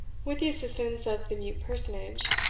with the assistance of the mute personage,